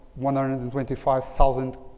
125,000